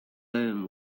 them